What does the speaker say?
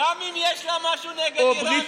גם אם יש לה משהו נגד איראן,